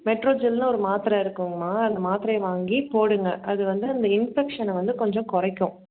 மெட்ரோஜெல்னு ஒரு மாத்திரை இருக்குங்கமா அந்த மாத்திரையை வாங்கி போடுங்க அது வந்து அந்த இன்ஃபெக்ஷனை வந்து கொஞ்சம் குறைக்கும்